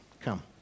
come